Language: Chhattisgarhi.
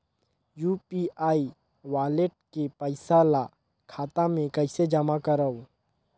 यू.पी.आई वालेट के पईसा ल खाता मे कइसे जमा करव?